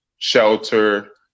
shelter